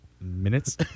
Minutes